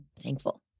thankful